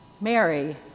Mary